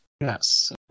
Yes